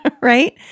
right